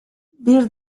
bir